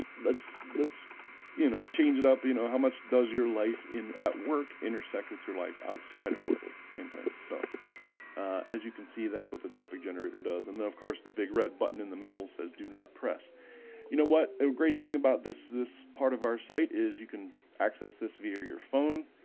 let's let's you know change it up you know how much does your life in at work intersect with your life outside of work same thing, so as you can see that's what the topic generator does and then of course the big red button in the middle says do not press you know what a great thing about this this part of our site is you can access this via your phone?